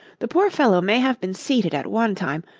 the poor fellow may have been seated at one time,